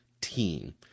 team